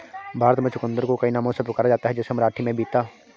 भारत में चुकंदर को कई नामों से पुकारा जाता है जैसे मराठी में बीता